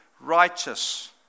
righteous